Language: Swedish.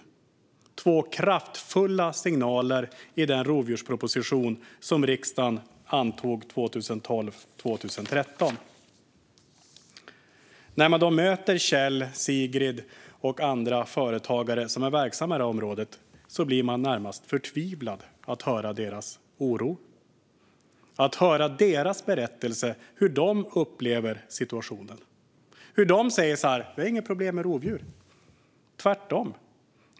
Det är två kraftfulla signaler i den rovdjursproposition som riksdagen antog 2012/13. När man möter Kjell, Sigrid och andra företagare som är verksamma i det här området blir man närmast förtvivlad över deras oro och deras berättelser om hur de upplever situationen. Vi har inga problem med rovdjur, säger de.